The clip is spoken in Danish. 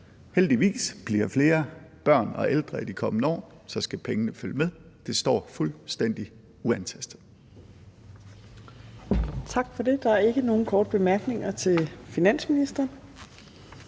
heldigvis bliver flere børn og ældre i de kommende år, skal pengene følge med, står fuldstændig uantastet.